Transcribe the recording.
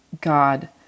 God